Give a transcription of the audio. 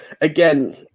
again